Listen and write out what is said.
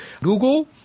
Google